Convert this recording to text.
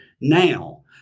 now